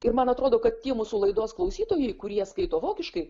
ir man atrodo kad tie mūsų laidos klausytojai kurie skaito vokiškai